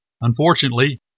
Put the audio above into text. Unfortunately